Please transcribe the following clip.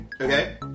Okay